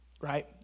right